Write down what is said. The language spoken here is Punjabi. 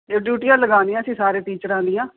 ਅਤੇ ਉਹ ਡਿਊਟੀਆਂ ਲਗਾਉਣੀਆਂ ਸੀ ਸਾਰੇ ਟੀਚਰਾਂ ਦੀਆਂ